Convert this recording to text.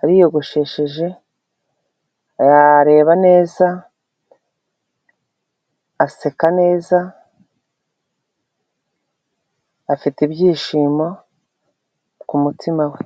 ariyogoshesheje yareba neza aseka afite ibyishimo kumutima we.